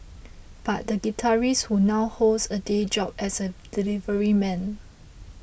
but the guitarist who now holds a day job as a delivery man